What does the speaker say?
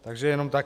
Takže jenom tak.